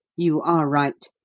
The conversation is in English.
you are right.